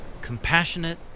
Compassionate